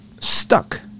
stuck